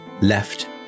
left